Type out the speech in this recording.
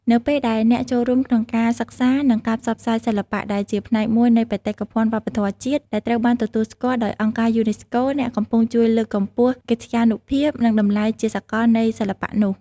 នៅពេលដែលអ្នកចូលរួមក្នុងការសិក្សានិងការផ្សព្វផ្សាយសិល្បៈ ដែលជាផ្នែកមួយនៃបេតិកភណ្ឌវប្បធម៌ជាតិដែលត្រូវបានទទួលស្គាល់ដោយអង្គការយូនេស្កូ អ្នកកំពុងជួយលើកកម្ពស់កិត្យានុភាព និងតម្លៃជាសកលនៃសិល្បៈនោះ។